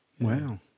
Wow